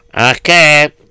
Okay